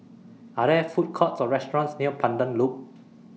Are There Food Courts Or restaurants near Pandan Loop